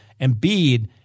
Embiid